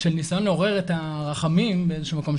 ניסיון לעורר את הרחמים באיזשהו מקום,